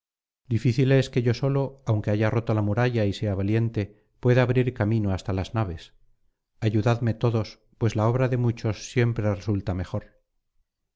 es que yo solo aunque haya roto la muralla y sea valiente pueda abrir camino hasta las naves ayudadme todos pues la obra de muchos siempre resulta mejor